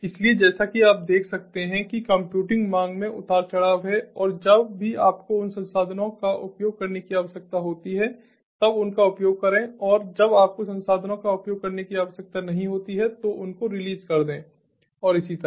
इसलिए जैसा कि आप देख सकते हैं कि कम्प्यूटिंग मांग में उतार चढ़ाव है और जब भी आपको उन संसाधनों का उपयोग करने की आवश्यकता होती है तब उनका उपयोग करें और जब आपको संसाधनों का उपयोग करने की आवश्यकता नहीं होती है तो उनको रिलीज़ कर दें और इसी तरह